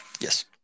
Yes